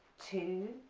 two,